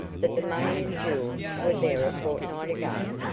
that the money and jewels were there a fortnight ago.